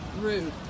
rude